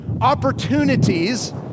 opportunities